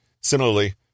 Similarly